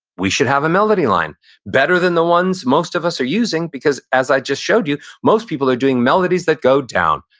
we should have a melody line better than the ones most of us are using because, as i just showed you, most people are doing melodies that go down,